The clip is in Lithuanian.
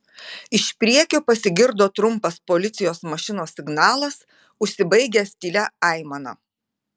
iš priekio pasigirdo trumpas policijos mašinos signalas užsibaigęs tylia aimana